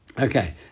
Okay